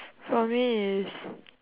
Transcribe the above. for me is